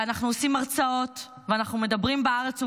אנחנו עושים הרצאות, ואנחנו מדברים בארץ ובעולם,